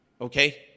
Okay